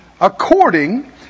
According